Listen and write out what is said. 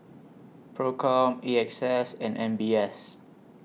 PROCOM A X S and M B S